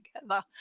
together